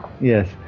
Yes